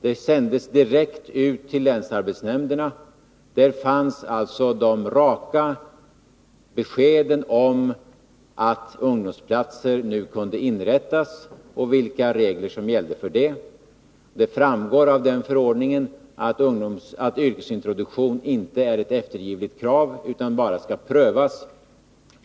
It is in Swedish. Det sändes direkt ut till länsarbetsnämnderna och innehöll de raka beskeden om att ungdomsplatser nu kunde inrättas, och vilka regler som gällde för detta. Det framgår av förordningen att yrkesintroduktion inte är ett oeftergivligt krav, utan bara skall prövas.